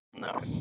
No